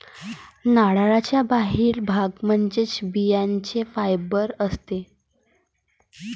नारळाचा बाहेरील भाग म्हणजे बियांचे फायबर असते